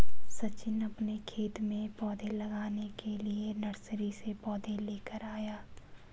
सचिन अपने खेत में पौधे लगाने के लिए नर्सरी से पौधे लेकर आया